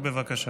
התקבלה בקריאה